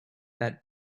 that